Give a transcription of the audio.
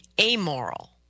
amoral